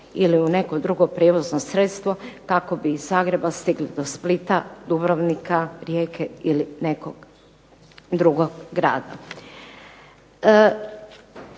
ili u neko drugo prijevozno sredstvo kako bi od Zagreba stigli do Splita, Dubrovnika, Rijeke ili nekog drugog grada.